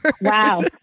wow